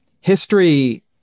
history